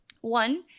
One